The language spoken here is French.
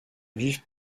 vivre